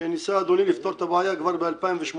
וניסה אדוני לפתור את הבעיה כבר ב-2018.